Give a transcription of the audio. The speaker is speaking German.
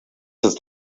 ist